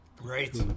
right